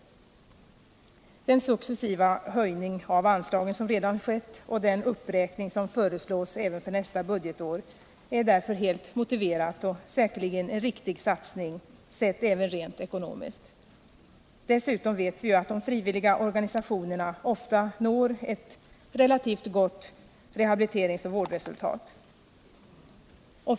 Den successiva höjning av anslagen som redan skett och den uppräkning som föreslås för nästa budgetår är därför helt motiverad och, sett även rent ekonomiskt, säkerligen en riktig satsning. Dessutom vet vi ju att de frivilliga organisationerna ofta når ett relativt gott rehabiliteringsoch vårdresultat.